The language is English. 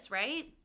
right